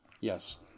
Yes